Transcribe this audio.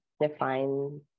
define